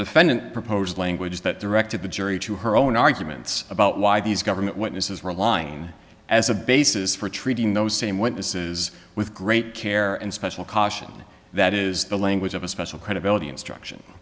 defendant proposed language that directed the jury to her own arguments about why these government witnesses were line as a basis for treating those same witnesses with great care and special caution that is the language of a special credibility instruction